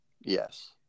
Yes